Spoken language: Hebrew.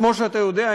כמו שאתה יודע,